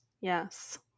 Yes